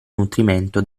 nutrimento